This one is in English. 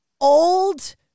old